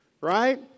right